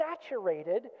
saturated